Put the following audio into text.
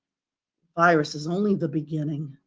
virus is only the beginning.